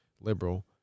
liberal